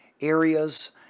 areas